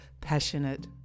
passionate